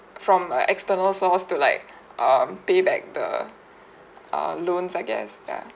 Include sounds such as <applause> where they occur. from uh external source to like <breath> um payback the <breath> err loans I guess ya